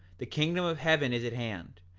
the kingdom of heaven is at hand,